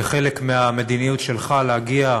כחלק מהמדיניות שלך להגיע,